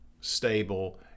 stable